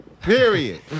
Period